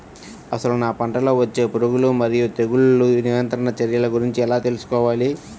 అసలు నా పంటలో వచ్చే పురుగులు మరియు తెగులుల నియంత్రణ చర్యల గురించి ఎలా తెలుసుకోవాలి?